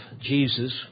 Jesus